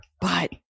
but-